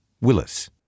Willis